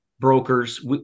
brokers